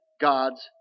God's